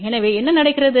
எனவே என்ன நடக்கிறது